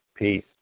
Peace